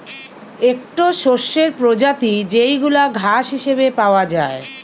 একটো শস্যের প্রজাতি যেইগুলা ঘাস হিসেবে পাওয়া যায়